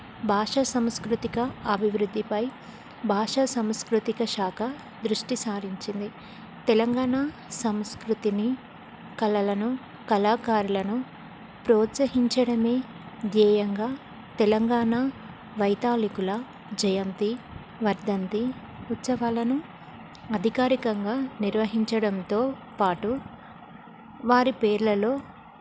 భాషా సంస్కృతిక అభివృద్ధిపై భాషా సంస్కృతిక శాఖ దృష్టి సారించింది తెలంగాణా సంస్కృతిని కళలను కళాకారులను ప్రోత్సహించడమే ధ్యేయంగా తెలంగాణా వైతాళికుల జయంతి వర్ధంతి ఉత్సవాలను అధికారికంగా నిర్వహించడంతో పాటు వారి పేర్లలో